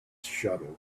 shuttle